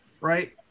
right